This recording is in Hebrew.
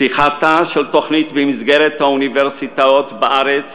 פתיחתה של תוכנית במסגרת האוניברסיטאות בארץ